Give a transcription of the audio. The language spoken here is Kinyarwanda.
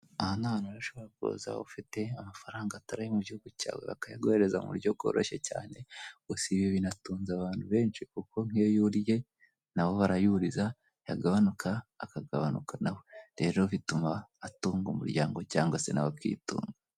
Aha ni ahantu rero ushobora kuza ufite amafaranga atari ayo mu gihugu cyawe bakayaguhereza mu buryo bworoshye cyane, gusa ibi binatunze abantu benshi kuko nk'iyo yuriye nabo barayuriza yagabanuka akagabanuka naho, rero bituma atunga umuryango cyangwa se nawe akitunga.